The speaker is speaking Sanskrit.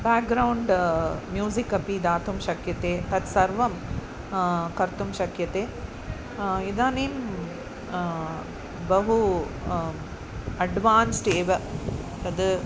बाग्ग्रौण्ड् म्यूसिक् अपि दातुं शक्यते तत् सर्वं कर्तुं शक्यते इदानीं बहु अड्वान्स्ड् एव तद्